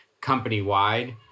company-wide